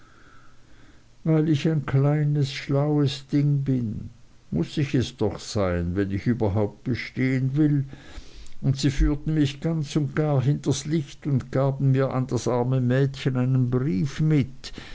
weil ich ein kleines schlaues ding bin muß ich es doch sein wenn ich überhaupt bestehen will und sie führten mich ganz und gar hinters licht und gaben mir an das arme mädchen einen brief mit